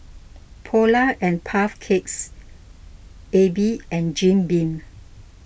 Polar and Puff Cakes Aibi and Jim Beam